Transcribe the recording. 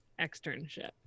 externship